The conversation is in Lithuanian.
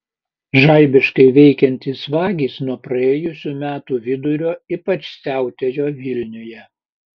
žaibiškai veikiantys vagys nuo praėjusių metų vidurio ypač siautėjo vilniuje